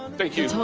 thank you.